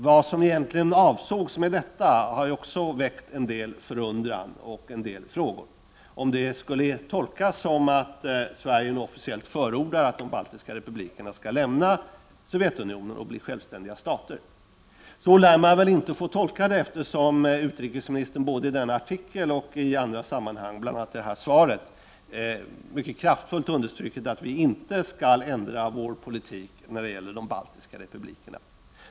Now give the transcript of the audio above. Vad som egentligen avsågs med detta har också väckt en del förundran och en del frågor, dvs. om det skall tolkas så, att Sverige officiellt förordar att de baltiska republikerna skall lämna Sovjetunionen och bli självständiga stater. Så lär man inte få tolka detta, eftersom utrikesministern både i denna artikel och i andra sammanhang, bl.a. i det här svaret, mycket kraftfullt understrukit att vi inte skall ändra vår politik när det gäller de baltiska republikerna.